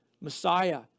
Messiah